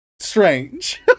strange